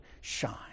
shine